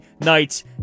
night's